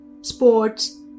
sports